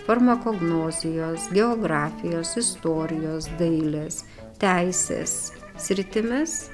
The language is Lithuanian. farmakognozijos geografijos istorijos dailės teisės sritimis